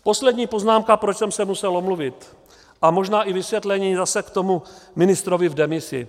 Poslední poznámka, proč jsem se musel omluvit, a možná i vysvětlení zase k tomu ministrovi v demisi.